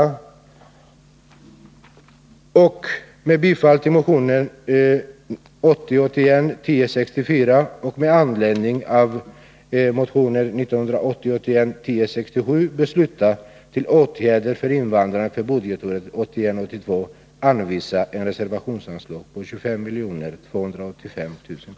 Vidare yrkar jag bifall till följande särskilda yrkande: att riksdagen med bifall till motion 1980 81:1067 beslutar att till Åtgärder för invandrare för budgetåret 1981/82 anvisa ett reservationsanslag på 25 285 000 kr.